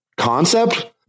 concept